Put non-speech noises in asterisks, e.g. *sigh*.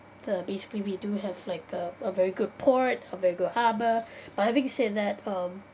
the basically we do have like a a very good port a very good harbour *breath* but having said that um